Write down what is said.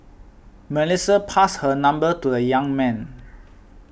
Melissa passed her number to the young man